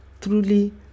Truly